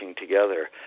together